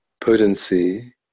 potency